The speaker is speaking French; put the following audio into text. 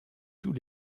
tous